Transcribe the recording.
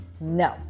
no